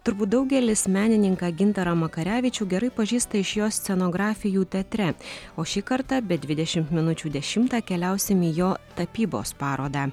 turbūt daugelis menininką gintarą makarevičių gerai pažįsta iš jo scenografijų teatre o šį kartą be dvidešimt minučių dešimtą keliausim į jo tapybos parodą